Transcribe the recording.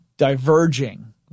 diverging